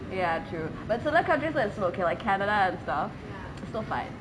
ya true but certain countries like canada and stuff still fine